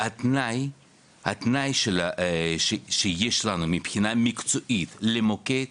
והתנאי שיש לנו מבחינה מקצועית למוקד,